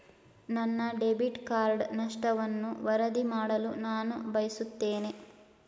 ನನ್ನ debit card ನಷ್ಟವನ್ನು ವರದಿ ಮಾಡಲು ನಾನು ಬಯಸುತ್ತೇನೆ